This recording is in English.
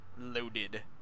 Loaded